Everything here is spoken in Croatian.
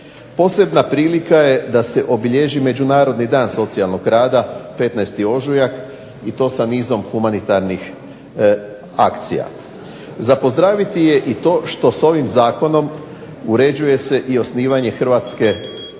Posebne je prilika da se obilježi Međunarodni dan socijalnog rada 15. Ožujak i to sa nizom humanitarnih akcija. Za pozdraviti je i to što ovim zakonom uređuje se i osnivanje hrvatske komore